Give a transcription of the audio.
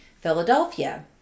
Philadelphia